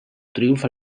triomf